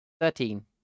Thirteen